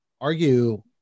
argue